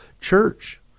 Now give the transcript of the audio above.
church